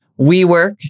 WeWork